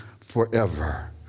forever